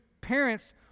parents